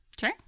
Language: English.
sure